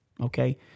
Okay